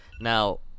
now